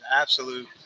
absolute